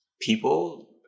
people